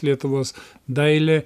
lietuvos dailė